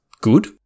good